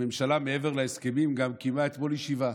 הממשלה, מעבר להסכמים, גם קיימה אתמול ישיבה,